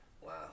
wow